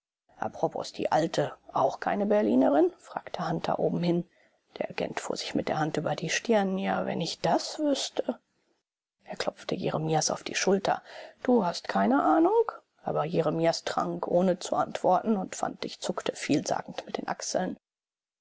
apropos die alte auch keine berlinerin fragte hunter obenhin der agent fuhr sich mit der hand über die stirn ja wenn ich das wüßte er klopfte jeremias auf die schulter du hast keine ahnung aber jeremias trank ohne zu antworten und fantig zuckte vielsagend mit den achseln